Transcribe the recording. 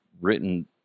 written